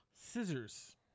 Scissors